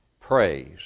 praise